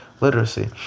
Literacy